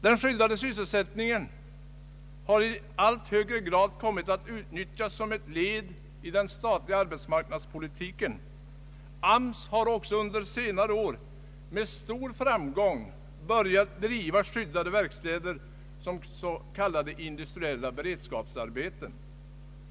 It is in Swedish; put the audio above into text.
Den skyddade sysselsättningen har i allt högre grad kommit att utnyttjas som ett led i den statliga arbetsmarknadspolitiken. AMS har också under senare år med stor framgång börjat driva skyddade verkstäder som s.k. industriella beredskapsarbeten.